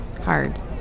hard